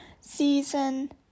season